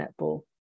netball